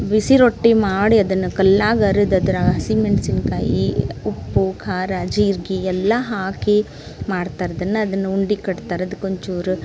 ಬಿಸಿ ರೊಟ್ಟಿ ಮಾಡಿ ಅದನ್ನು ಕಲ್ಲಾಗೆ ಅರೆದು ಅದ್ರ ಹಸಿಮೆಣಸಿನ್ಕಾಯಿ ಉಪ್ಪು ಖಾರ ಜೀರ್ಗೆ ಎಲ್ಲ ಹಾಕಿ ಮಾಡ್ತಾರೆ ಅದನ್ನು ಅದನ್ನು ಉಂಡೆ ಕಟ್ತಾರೆ ಅದ್ಕೊಂದುಚೂರು